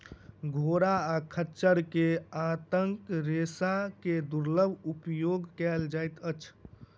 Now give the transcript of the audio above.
घोड़ा आ खच्चर के आंतक रेशा के दुर्लभ उपयोग कयल जाइत अछि